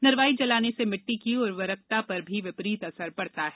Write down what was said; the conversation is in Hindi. नरवाई जलाने से मिट्टी की उर्वरकता पर भी विपरीत असर पड़ता है